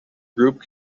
group